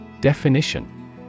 Definition